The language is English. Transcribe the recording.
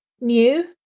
new